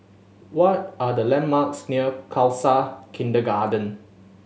what are the landmarks near Khalsa Kindergarden